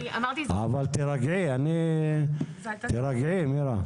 תירגעי, מירה.